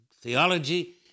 theology